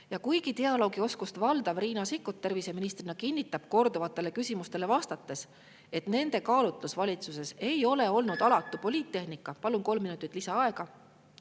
Ja kuigi dialoogioskust valdav Riina Sikkut terviseministrina kinnitab korduvatele küsimustele vastates, et nende kaalutlus valitsuses ei ole olnud alatu poliittehnika … Palun kolm minutit lisaaega.